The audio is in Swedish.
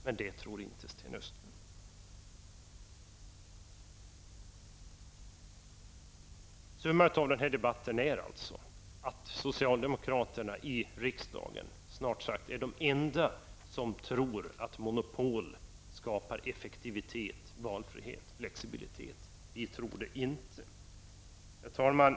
Men det tror alltså inte Summan av debatten är att socialdemokraterna i riksdagen snart sagt är de enda som tror att monopol skapar effektivitet, valfrihet, flexibilitet. Vi tror det inte. Herr talman!